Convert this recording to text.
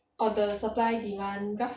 orh the supply demand graph